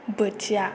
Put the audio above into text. बोथिआ